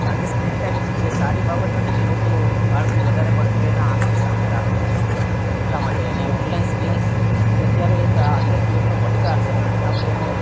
કારણ કે screen time એ સારી બાબત નથી કે લોકો બાળકો વધારે પડતું એના આંખની સામે રાખે એટલા માટે અને ઓનલાઈન ગેમ્સ એ અત્યારે એક આધુનિક યુગનો પડકાર છે કારણ કે આપણે એનો